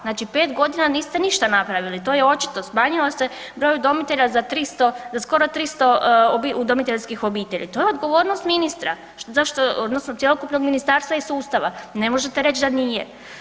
Znači pet godina niste ništa napravili, to je očito, smanjilo se broj udomitelja za skoro 300 udomiteljski obitelji, to je odgovornost ministra odnosno cjelokupnog ministarstva i sustava, ne možete reć da nije.